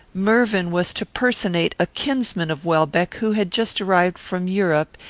mervyn was to personate a kinsman of welbeck who had just arrived from europe,